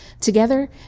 Together